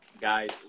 guys